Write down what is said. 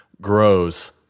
grows –